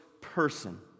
person